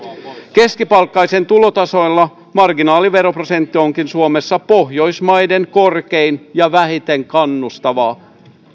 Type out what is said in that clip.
keskipalkkaisen tulotasoilla marginaaliveroprosentti onkin suomessa pohjoismaiden korkein ja vähiten kannustava